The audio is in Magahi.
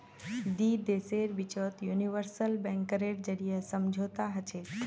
दी देशेर बिचत यूनिवर्सल बैंकेर जरीए समझौता हछेक